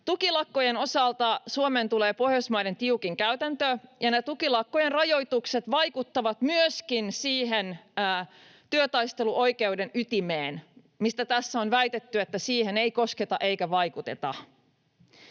Tukilakkojen osalta Suomeen tulee Pohjoismaiden tiukin käytäntö, ja ne tukilakkojen rajoitukset vaikuttavat myöskin siihen työtaisteluoikeuden ytimeen, mistä tässä on väitetty, että siihen ei kosketa eikä vaikuteta.